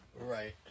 right